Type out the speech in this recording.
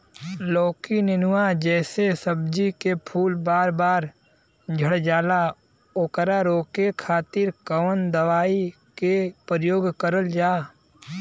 लौकी नेनुआ जैसे सब्जी के फूल बार बार झड़जाला ओकरा रोके खातीर कवन दवाई के प्रयोग करल जा?